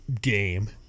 game